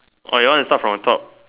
or you want to start from the top